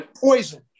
poison